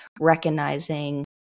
recognizing